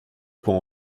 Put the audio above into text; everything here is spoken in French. pour